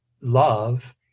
love